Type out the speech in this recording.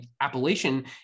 appellation